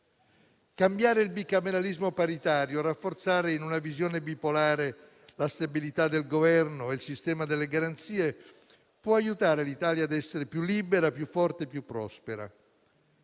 Cambiare il bicameralismo paritario, rafforzare, in una visione bipolare, la stabilità del Governo e il sistema delle garanzie può aiutare l'Italia a essere più libera, più forte, più prospera;